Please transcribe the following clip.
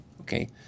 Okay